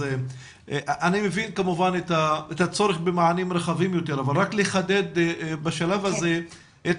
אני מבין את הצורך במענים רחבים יותר אבל רק לחדד בשלב הזה את